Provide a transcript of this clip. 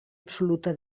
absoluta